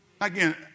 Again